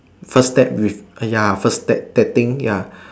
first date with ya first date dating ya